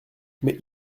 mais